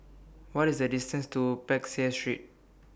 What IS The distance to Peck Seah Street